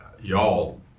y'all